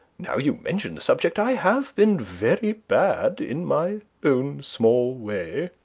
now you mention the subject, i have been very bad in my own small way.